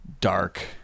dark